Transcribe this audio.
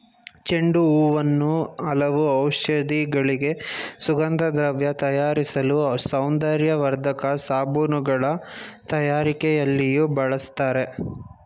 ಚೆಂಡು ಹೂವನ್ನು ಹಲವು ಔಷಧಿಗಳಿಗೆ, ಸುಗಂಧದ್ರವ್ಯ ತಯಾರಿಸಲು, ಸೌಂದರ್ಯವರ್ಧಕ ಸಾಬೂನುಗಳ ತಯಾರಿಕೆಯಲ್ಲಿಯೂ ಬಳ್ಸತ್ತರೆ